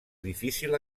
difícil